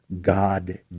God